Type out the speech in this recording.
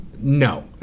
no